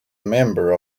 member